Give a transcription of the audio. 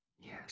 Yes